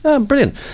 Brilliant